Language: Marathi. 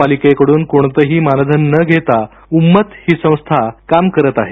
पालिकेकडून कोणतंही मानधन न घेता उम्मत ही संस्था काम करत आहे